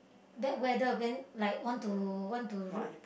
then whether then like want to want to rule